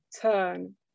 turn